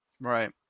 Right